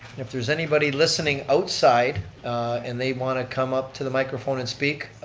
if there's anybody listening outside and they want to come up to the microphone and speak,